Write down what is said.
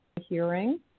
hearing